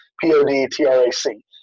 P-O-D-T-R-A-C